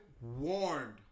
warned